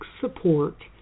support